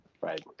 Right